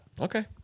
Okay